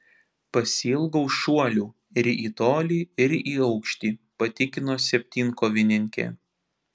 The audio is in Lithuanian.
pasiilgau šuolių ir į tolį ir į aukštį patikino septynkovininkė